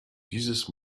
dieses